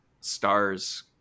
Stars